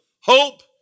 hope